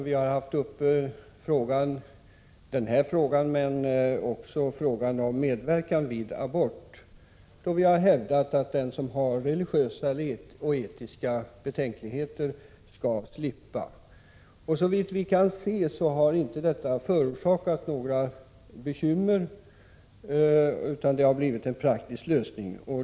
Vi har tidigare haft uppe frågan om medverkan vid abort, och vi har hävdat att den som har religiösa och etiska betänkligheter skall slippa. Såvitt vi kan se har inte detta förorsakat några svårigheter.